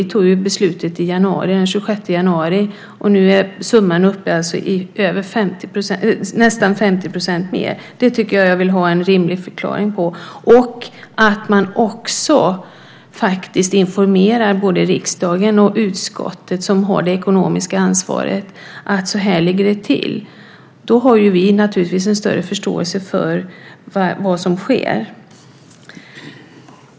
Vi tog ju beslutet den 26 januari, och nu är summan nästan 50 % större. Det vill jag ha en rimlig förklaring till. Jag tycker också att man ska informera både riksdagen och utskottet som har det ekonomiska ansvaret om hur det ligger till. Då kan vi naturligtvis få en större förståelse för vad som sker.